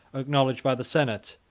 acknowledged by the senate,